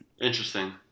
Interesting